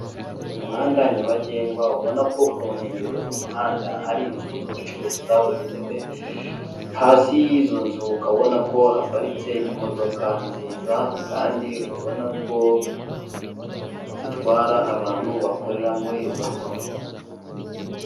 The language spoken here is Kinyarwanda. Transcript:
Umuhanda nyabagendwa ubona ko ku nkengereo z'uwo muhanda hari inzu z'ubucuruzi zabugenewe, hasi y'izo nzu ukaba ubona ko haparitse imodoka nziza kandi ubona ko zitwara abantu bakorera muri izo nzu.